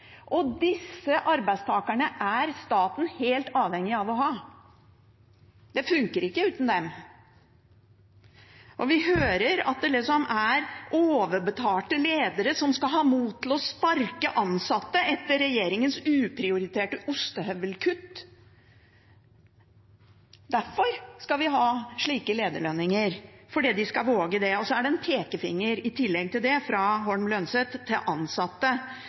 området. Disse arbeidstakerne er staten helt avhengig av å ha. Det funker ikke uten dem. Vi hører at det liksom er overbetalte ledere som skal ha mot til å sparke ansatte etter regjeringens uprioriterte ostehøvelkutt. Derfor skal vi ha slike lederlønninger, fordi de skal våge det. I tillegg til det er det en pekefinger – fra representanten Holm Lønseth – til ansatte